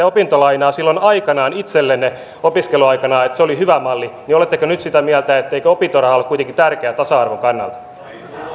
opintolainaa silloin aikanaan itsellenne opiskeluaikana että se oli hyvä malli oletteko nyt sitä mieltä etteikö opintoraha ole kuitenkin tärkeä tasa arvon kannalta